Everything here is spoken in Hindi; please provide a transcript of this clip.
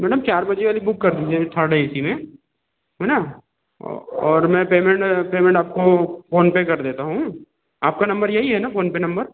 मैडम चार बजे वाली बुक कर दीजिए थर्ड ए सी में है न और मैं पेमेंट पेमेंट आपको फ़ोनपे कर देता हूँ आपका नम्बर यही है ना फ़ोनपे नम्बर